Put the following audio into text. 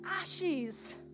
ashes